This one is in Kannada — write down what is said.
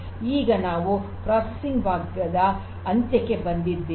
ಈಗ ನಾವು ಪ್ರೋಸಸಿಂಗ್ ಭಾಗದ ಅಂತ್ಯಕ್ಕೆ ಬಂದಿದ್ದೇವೆ